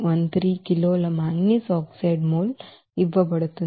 0413 కిలోల manganese oxide mole ఇవ్వబడుతుంది